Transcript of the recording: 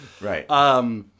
Right